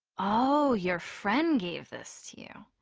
ohhh, your friend gave this to you.